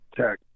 Tech